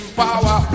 power